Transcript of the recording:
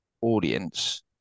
audience